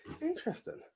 Interesting